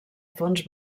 fons